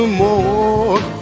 more